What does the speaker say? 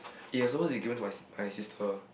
it was supposed to given to my s~ my sister